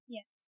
Yes